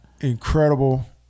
Incredible